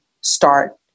start